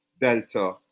Delta